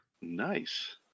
Nice